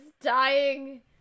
dying